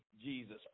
Jesus